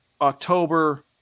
October